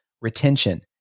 Retention